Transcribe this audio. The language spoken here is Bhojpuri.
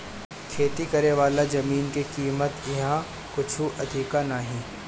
खेती करेवाला जमीन के कीमत इहा कुछ अधिका नइखे